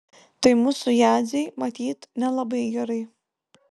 tai mūsų jadzei matyt nelabai gerai